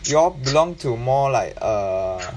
you all belong to more like err